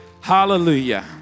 Hallelujah